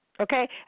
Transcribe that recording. Okay